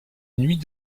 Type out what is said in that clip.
nuit